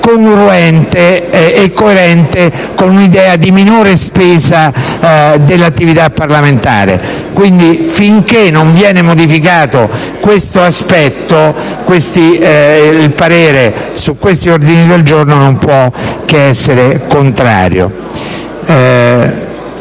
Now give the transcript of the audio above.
congruente e coerente con un'idea di minore spesa dell'attività parlamentare. Quindi, finché non verrà modificato questo aspetto, il parere su questi ordini del giorno non può che essere contrario.